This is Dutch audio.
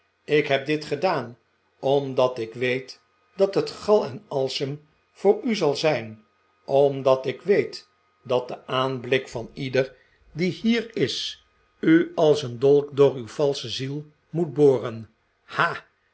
ik heb dit gedaan omdat ik weet dat het gal en alsem voor u zal zijn omdat ik weet dat de aanblik van ieder die hier is u als een dolk door uw valsche ziel moet boren ha